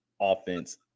offense